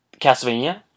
Castlevania